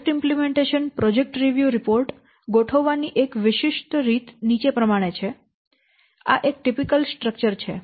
post અમલીકરણ project સમીક્ષા report ગોઠવવાની એક વિશિષ્ટ રીત નીચે પ્રમાણે છે આ એક ટીપીકલ સ્ટ્રકચર છે